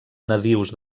nadius